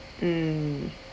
mm